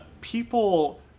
people